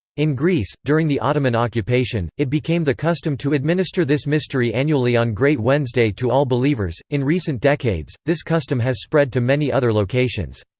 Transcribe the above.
in greece, during the ottoman occupation, it became the custom to administer this mystery annually on great wednesday to all believers in recent decades, this custom has spread to many other locations.